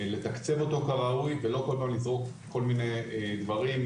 לתקצב אותו כראוי ולא כל פעם לזרוק כל מיני דברים.